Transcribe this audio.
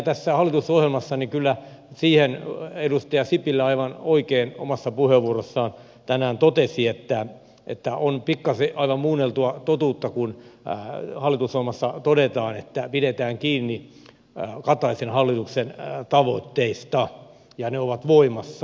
kyllä tähän hallitusohjelmaan liittyen edustaja sipilä aivan oikein omassa puheenvuorossaan tänään totesi että on pikkasen muunneltua totuutta kun hallitusohjelmassa todetaan että pidetään kiinni kataisen hallituksen tavoitteista ja ne ovat voimassa